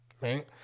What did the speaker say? Right